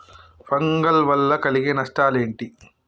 Fungal వల్ల కలిగే నష్టలేంటి?